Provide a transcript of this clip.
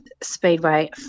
Speedway